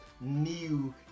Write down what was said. new